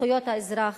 לזכויות האזרח.